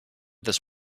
this